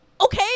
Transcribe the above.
Okay